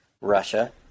Russia